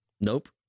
Nope